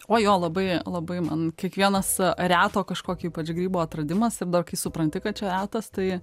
uoj jo labai labai labai man kiekvienas reto kažkokio ypač grybo atradimas ir dar kai supranti kad čia retas tai